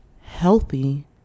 healthy